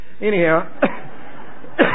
anyhow